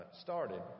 started